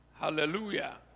Hallelujah